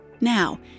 Now